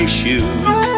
shoes